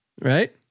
right